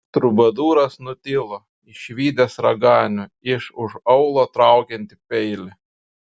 trubadūras nutilo išvydęs raganių iš už aulo traukiant peilį